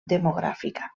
demogràfica